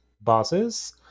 bosses